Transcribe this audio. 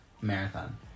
Marathon